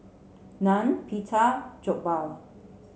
Naan Pita Jokbal